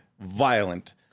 violent